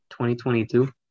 2022